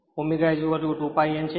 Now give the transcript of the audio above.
તેથી ω2 pi n છે